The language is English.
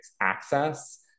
access